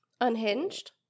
Unhinged